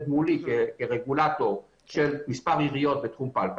מולי כרגולטור של מספר עיריות בתחום פלקל,